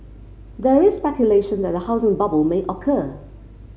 there is speculation that a housing bubble may occur